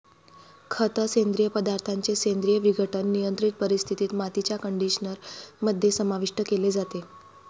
खत, सेंद्रिय पदार्थांचे सेंद्रिय विघटन, नियंत्रित परिस्थितीत, मातीच्या कंडिशनर मध्ये समाविष्ट केले जाते